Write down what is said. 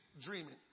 dreaming